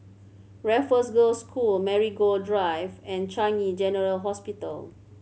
Raffles Girls' School Marigold Drive and Changi General Hospital